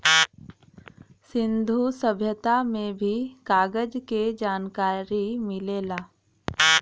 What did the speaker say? सिंन्धु सभ्यता में भी कागज क जनकारी मिलेला